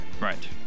Right